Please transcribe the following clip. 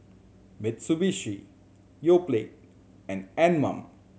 Mitsubishi Yoplait and Anmum